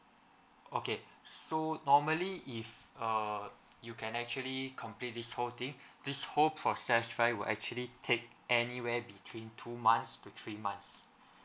okay so normally if err you can actually complete this whole thing this whole process right will actually take anywhere between two months to three months